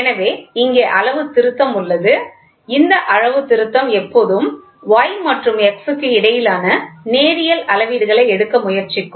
எனவே இங்கே அளவுத்திருத்தம் உள்ளது இந்த அளவுத்திருத்தம் எப்போதும் y மற்றும் x க்கு இடையிலான நேரியல் அளவீடுகளை எடுக்க முயற்சிக்கும்